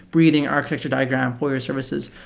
breathing architecture diagram for your services.